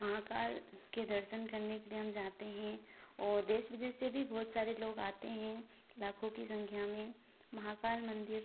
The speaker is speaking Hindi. महाकाल के दर्शन करने के लिए हम जाते हैं और देश दर्शन से भी बहुत सारे लोग आते हैं लाखों कि संख्या में महाकाल मंदिर